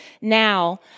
now